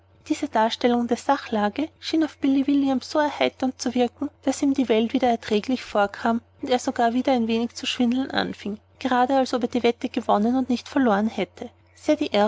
diese darstellung der sachlage schien auf billy williams so erheiternd zu wirken daß ihm die welt wieder erträglich vorkam und er sogar wieder ein wenig zu schwindeln anfing gerade als ob er die wette gewonnen und nicht verloren hätte